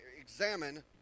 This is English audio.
Examine